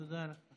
תודה לך.